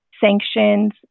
sanctions